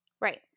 Right